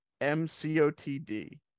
M-C-O-T-D